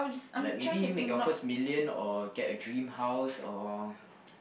like maybe make your first million or get a dream house or